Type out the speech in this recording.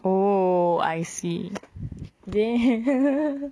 oh I see